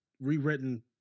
rewritten